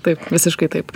taip visiškai taip